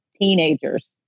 teenagers